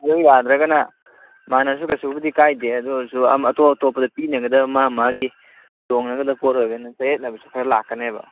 ꯑꯗꯨ ꯌꯥꯗ꯭ꯔꯒꯅ ꯃꯥꯟꯅꯔꯁꯨ ꯀꯩꯁꯨꯕꯨꯗꯤ ꯀꯥꯏꯗꯦ ꯑꯗꯨ ꯑꯣꯏꯔꯁꯨ ꯑꯇꯣꯞ ꯑꯇꯣꯞꯄ ꯄꯤꯅꯒꯗꯕ ꯃꯥ ꯃꯥꯒꯤ ꯇꯣꯡꯅꯒꯗꯕ ꯄꯣꯠ ꯑꯣꯏꯕꯅ ꯆꯌꯦꯠꯅꯕꯁꯨ ꯈꯔ ꯂꯥꯛꯀꯅꯦꯕ